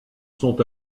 sont